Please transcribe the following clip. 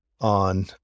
on